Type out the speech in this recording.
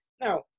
now